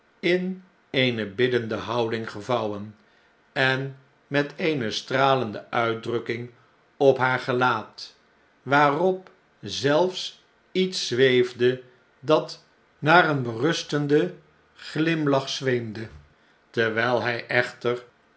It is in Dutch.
in eene biddende houding gevouwen en met eene stralende uitdrukking op haar gelaat waarop zelfs iets zweefde dat naar een berustenden glimlach zweemde terwjjl hij echter